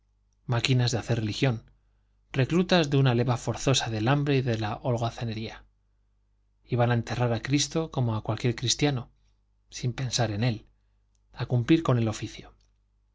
máquinas de hacer religión reclutas de una leva forzosa del hambre y de la holgazanería iban a enterrar a cristo como a cualquier cristiano sin pensar en él a cumplir con el oficio